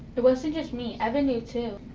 it wasn't just me. evan knew too.